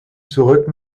zurück